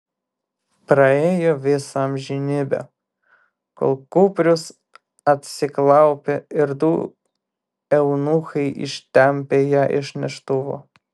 praėjo visa amžinybė kol kuprius atsiklaupė ir du eunuchai ištempė ją iš neštuvų